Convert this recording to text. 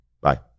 Bye